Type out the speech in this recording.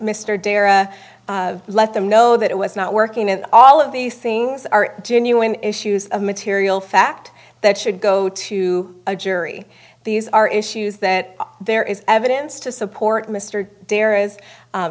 mr darragh let them know that it was not working and all of these things are genuine issues of material fact that should go to a jury these are issues that there is evidence to support mr